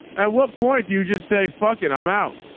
at what point do you just say, fuck it. i'm out.